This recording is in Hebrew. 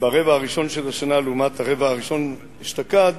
שברבע הראשון של השנה לעומת הרבע הראשון אשתקד